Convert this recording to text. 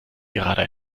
gerade